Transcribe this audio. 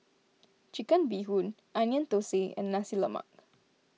Chicken Bee Hoon Onion Thosai and Nasi Lemak